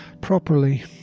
properly